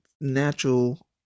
natural